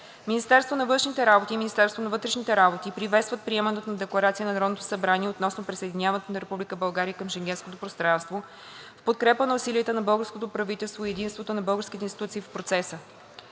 Министерството на външните работи и Министерството на вътрешните работи приветстват приемането на Декларация на Народното събрание относно присъединяването на Република България към Шенгенското пространство, в подкрепа на усилията на българското правителство и единството на българските институции в процеса.